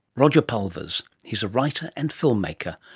roger pulvers. he is a writer and film maker,